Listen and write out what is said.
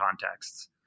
contexts